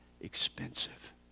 expensive